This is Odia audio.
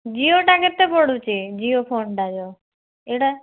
ଜିଓଟା କେତେ ପଡ଼ୁଛି ଜିଓ ଫୋନ୍ଟା ଯେଉଁ ଏଇଟା